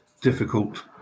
difficult